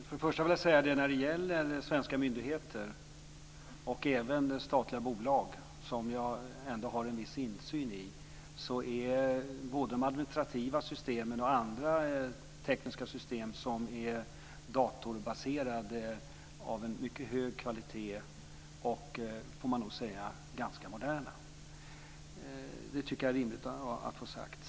Fru talman! När det gäller svenska myndigheter och även statliga bolag, som jag ändå har en viss insyn i, är både de administrativa systemen och andra tekniska system som är datorbaserade av en mycket hög kvalitet och, får man nog säga, ganska moderna. Det tycker jag är rimligt att få sagt.